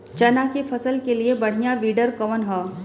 चना के फसल के लिए बढ़ियां विडर कवन ह?